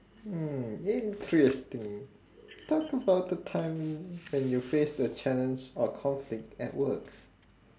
hmm interesting talk about a time when you faced a challenge or conflict at work